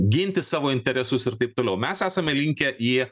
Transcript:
ginti savo interesus ir taip toliau mes esame linkę į